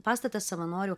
pastatas savanorių